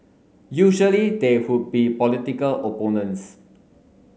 usually they would be political opponents